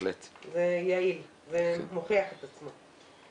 יעיל וזה מוכיח את עצמו.